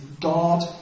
God